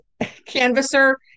canvasser